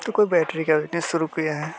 तो कोई बैटरी का बिजनेस शुरु किए हैं